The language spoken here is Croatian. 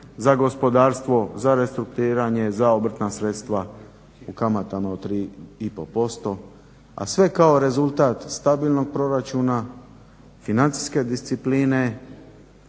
za gospodarstvo, za restrukturiranje, za obrtna sredstva u kamatama od 3 i pol posto, a sve kao rezultat stabilnog proračuna, financijske discipline